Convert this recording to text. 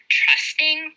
trusting